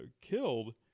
killed